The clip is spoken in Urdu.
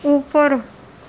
اوپر